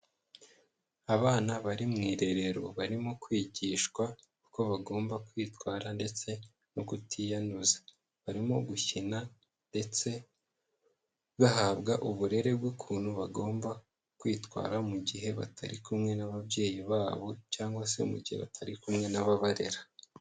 Abana bari mu irerero barimo kwigishwa uko bagomba kwitwara ndetse no kutiyanduza, barimo gukina ndetse bahabwa uburere bw'ukuntu bagomba kwitwara mu gihe batari kumwe n'ababyeyi babo, cyangwa se mu gihe batari kumwe n'ababarera.